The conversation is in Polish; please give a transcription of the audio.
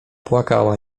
płakała